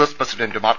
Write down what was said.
S പ്രസിഡന്റുമാർ